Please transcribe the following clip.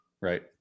right